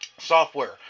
Software